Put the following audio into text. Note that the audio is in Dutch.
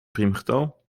priemgetal